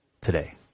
today